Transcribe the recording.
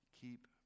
Keep